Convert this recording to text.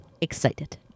Excited